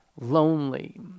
lonely